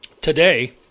today